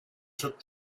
took